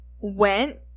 went